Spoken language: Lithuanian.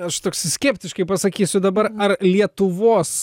aš toks skeptiškai pasakysiu dabar ar lietuvos